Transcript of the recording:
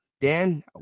Dan